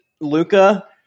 Luca